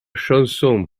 chanson